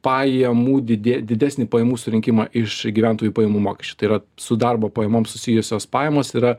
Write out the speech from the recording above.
pajamų didė didesnį pajamų surinkimą iš gyventojų pajamų mokesčio tai yra su darbo pajamom susijusios pajamos yra